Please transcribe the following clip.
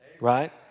right